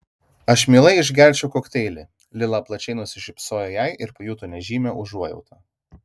aš mielai išgerčiau kokteilį lila plačiai nusišypsojo jai ir pajuto nežymią užuojautą